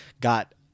got